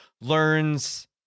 learns